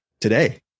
today